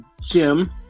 Jim